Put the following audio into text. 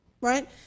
right